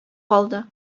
калды